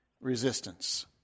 resistance